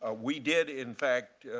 ah we did, in fact,